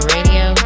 Radio